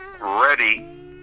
ready